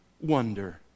wonder